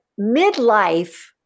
midlife